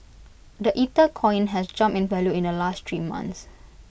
the Ethercoin has jumped in value in the last three months